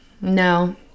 No